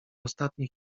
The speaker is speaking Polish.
ostatnich